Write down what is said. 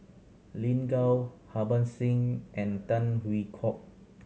Lin Gao Harban Singh and Tan Hwee Kock